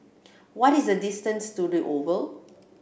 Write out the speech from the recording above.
what is the distance to The Oval